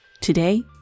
today